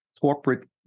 corporate